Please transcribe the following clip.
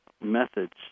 methods